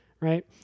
Right